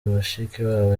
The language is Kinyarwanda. mushikiwabo